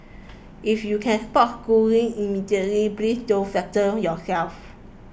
if you can spot Schooling immediately please don't flatter yourself